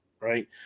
right